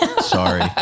Sorry